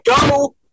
go